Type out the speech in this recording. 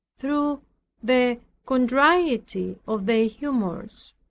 through the contrariety of their humors.